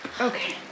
Okay